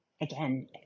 again